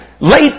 Late